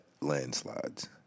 Landslides